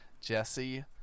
Jesse